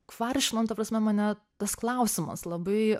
kvaršino nu ta prasme mane tas klausimas labai